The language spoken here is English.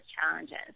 challenges